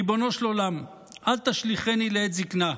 ריבונו של עולם, אל תשליכני לעת זקנה.